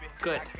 Good